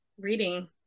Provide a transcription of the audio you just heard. reading